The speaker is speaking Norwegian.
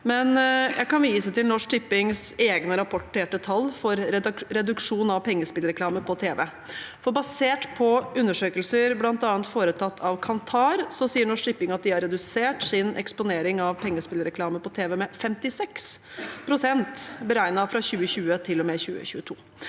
jeg kan vise til Norsk Tippings egne rapporterte tall for reduksjon av pengespillreklame på tv. Basert på undersøkelser foretatt bl.a. av Kantar sier Norsk Tipping at de har redusert sin eksponering av pengespillreklame på tv med 56 pst. beregnet fra 2020 til og